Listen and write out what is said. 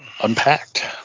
unpacked